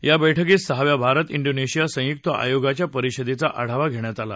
या बैठकीत सहाव्या भारत इंडोनेशिया संयुक्त आयोगाच्या परिषदेचा आढावा घेण्यात आला